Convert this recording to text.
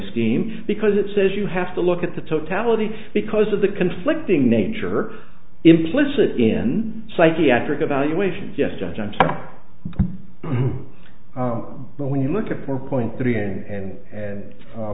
schemes because it says you have to look at the totality because of the conflicting nature implicit in psychiatric evaluation yes judge i'm sure but when you look at four point three and and